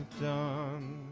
done